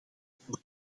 voor